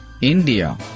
India